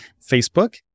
Facebook